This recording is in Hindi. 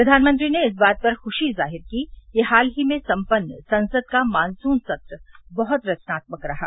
प्रधानमंत्री ने इस बात पर खुशी जाहिर की कि हाल ही में सम्पन्न संसद का मॉनसून सत्र बहुत रचनात्मक रहा